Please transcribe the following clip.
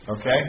okay